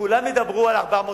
כולם ידברו על 400 ילדים.